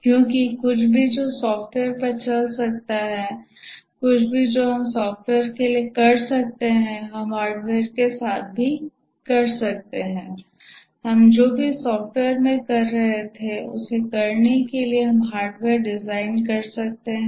क्योंकि कुछ भी जो सॉफ्टवेयर पर चल सकता है कुछ भी जो हम सॉफ्टवेयर के साथ कर सकते हैं हम हार्डवेयर के साथ भी कर सकते हैं हम जो भी सॉफ्टवेयर में कर रहे थे उसे करने के लिए हम हार्डवेयर डिजाइन कर सकते हैं